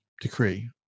decree